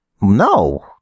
No